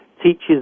teaches